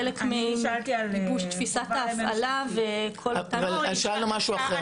חלק מגיבוש תפיסת ההפעלה וכל --- אבל שאלנו משהו אחר.